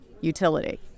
utility